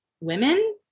women